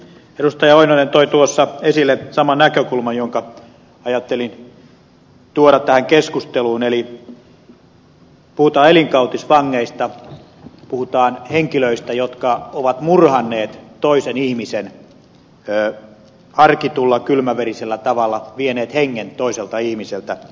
lauri oinonen toi tuossa esille saman näkökulman jonka ajattelin tuoda tähän keskusteluun eli puhutaan elinkautisvangeista puhutaan henkilöistä jotka ovat murhanneet toisen ihmisen harkitulla kylmäverisellä tavalla vieneet hengen toiselta ihmiseltä